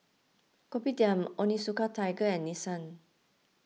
Kopitiam Onitsuka Tiger and Nissin